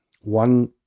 one